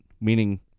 meaning